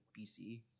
bc